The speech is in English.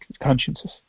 consciences